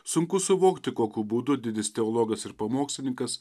sunku suvokti kokiu būdu didis teologas ir pamokslininkas